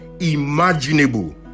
imaginable